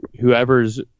whoever's